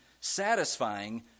satisfying